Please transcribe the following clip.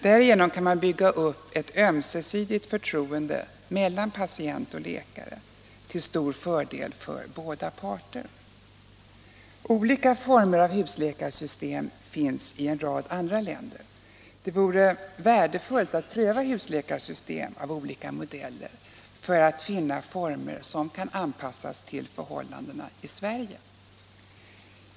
Därigenom kan man bygga upp ett ömsesidigt förtroende mellan patient och läkare till stor fördel för båda parter. Olika former av husläkarsystem finns i en rad andra länder. Det vore värdefullt att pröva husläkarsystem av olika modeller för att finna former som kan anpassas till förhållandena i Sverige.